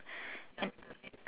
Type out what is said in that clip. and